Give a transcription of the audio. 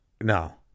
No